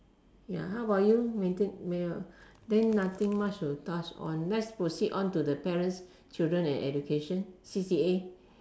ya how about you Mei-Ting then nothing much to touch on let's proceed on to the parents children and education C_C_A